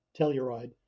Telluride